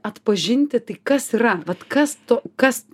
atpažinti tai kas yra vat kas to kas